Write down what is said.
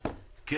בבקשה.